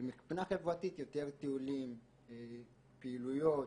מבחינה חברתית יותר טיולים, פעילויות.